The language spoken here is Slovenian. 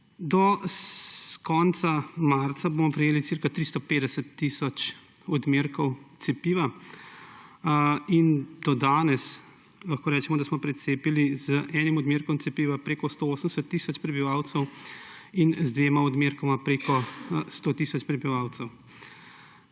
Do konca marca bomo prejeli cca 350 tisoč odmerkov cepiva. Do danes lahko rečemo, da smo precepili z enim odmerkom cepiva preko 180 tisoč prebivalcev in z dvema odmerkoma preko 100 tisoč prebivalcev.